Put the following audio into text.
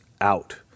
out